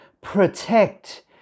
protect